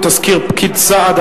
תסקיר פקיד סעד),